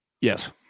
Yes